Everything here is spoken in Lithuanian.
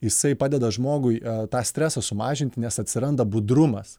jisai padeda žmogui tą stresą sumažinti nes atsiranda budrumas